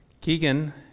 Keegan